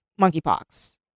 monkeypox